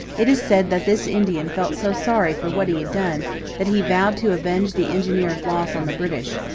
it is said that this indian felt so sorry for what he had done that he vowed to avenge the engineer's loss on the british,